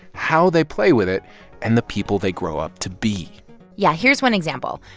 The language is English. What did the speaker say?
how they play with it and the people they grow up to be yeah, here's one example.